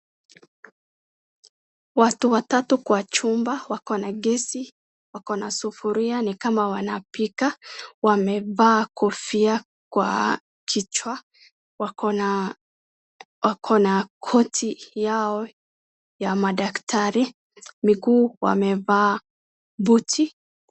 Watu watatu kwa chumba wako na gesi, wako na sufuria ni kama wanapika, wamevaa kofia kwa kichwa. Wako na koti yao ya madaktari. Miguu wamevaa buti.